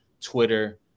twitter